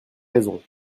raisons